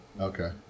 Okay